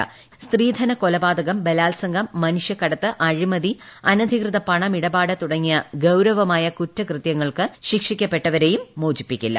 ഇതോടൊപ്പം സ്ത്രീധന കൊലപാതകം ബലാത്സംഗം മനുഷ്യക്കടത്ത് അഴിമതി അനധികൃത പണമിടപാട് തുടങ്ങിയ ഗൌരവമായ കുറ്റകൃതൃങ്ങൾക്ക് ശിക്ഷിക്കപ്പെട്ടവരേയും മോചിപ്പിക്കില്ല